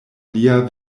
lia